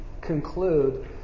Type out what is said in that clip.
conclude